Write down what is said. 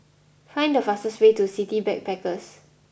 find the fastest way to City Backpackers